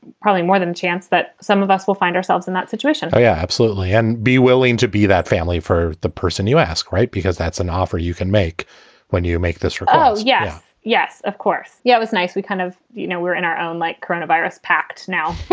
probably more than chance that some of us will find ourselves in that situation yeah, absolutely. and be willing to be that family for the person you ask. right. because that's an offer you can make when you make this yes. yeah yes, of course. yeah, it's nice. we kind of you know, we're in our own like coronavirus pact now